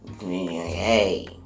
hey